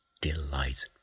delight